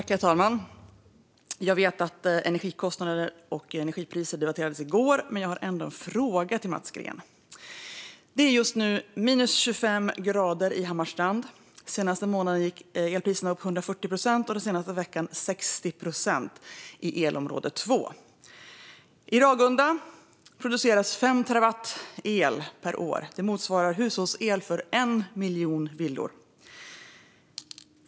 Herr talman! Jag vet att energikostnader och energipriser debatterades i går, men jag har ändå en fråga till Mats Green. Det är just nu minus 25 grader i Hammarstrand. Den senaste månaden gick elpriserna upp med 140 procent och den senaste veckan med 60 procent i elområde 2. I Ragunda produceras 5 terawatt el per år. Det motsvarar hushållsel för 1 miljon villor.